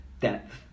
depth